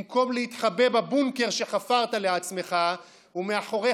במקום להתחבא בבונקר שחפרת לעצמך ומאחורי